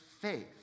faith